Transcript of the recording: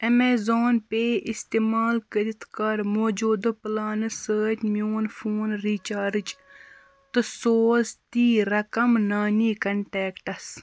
Amazon pay اِستعمال کٔرِتھ کَر موجوٗدٕ پُلانہٕ سۭتۍ میٛون فون رِچارٕج تہٕ سوز تی رَقم نانی کَنٹیکٹَس